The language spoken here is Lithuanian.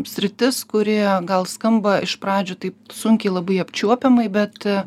sritis kuri gal skamba iš pradžių taip sunkiai labai apčiuopiamai bet